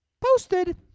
posted